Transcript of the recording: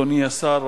אדוני השר,